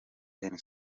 ten